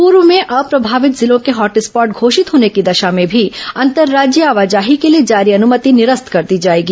पूर्व में अप्रभावित जिलों के हॉट स्पॉट घोषित होने की दशा में भी अंतर्राज्यीय आवाजाही के लिए जारी अनुमति निरस्त कर दी जाएगी